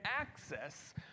access